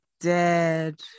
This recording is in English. dead